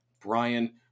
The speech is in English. Brian